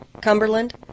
Cumberland